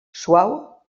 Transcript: suau